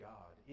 God